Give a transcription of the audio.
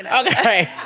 Okay